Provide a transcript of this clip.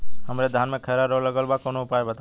हमरे धान में खैरा रोग लगल बा कवनो उपाय बतावा?